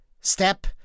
step